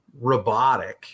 robotic